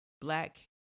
black